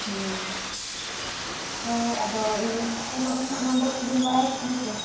ᱦᱚᱭ ᱟᱫᱚ ᱤᱭᱟᱹ ᱱᱚᱜ ᱱᱟᱦᱟᱜ ᱱᱚᱢᱵᱚᱨ ᱠᱚᱵᱤᱱ ᱵᱟᱲᱟᱭ ᱠᱮᱫᱟ ᱦᱮᱸᱪᱮ